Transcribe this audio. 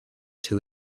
two